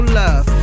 love